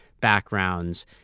backgrounds